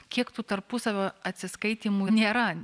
kiek tų tarpusavio atsiskaitymų nėra